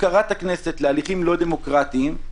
הפקרת הכנסת להליכים לא דמוקרטיים,